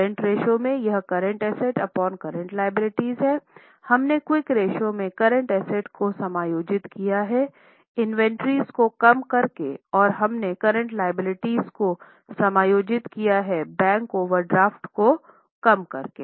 current ratio में यह current asset upon current liability हैं हमने क्विक रेश्यो में करंट एसेट को समायोजित किया है इन्वेंट्रीज़ को कम करके और हमने करंट लायबिलिटी को समायोजित किया है बैंक ओवरड्राफ्ट को कम करके